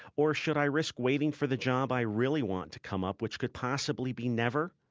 or should i risk waiting for the job i really want to come up, which could possibly be never?